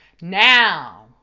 now